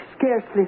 Scarcely